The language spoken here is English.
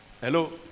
Hello